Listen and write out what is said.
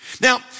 Now